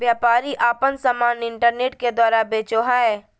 व्यापारी आपन समान इन्टरनेट के द्वारा बेचो हइ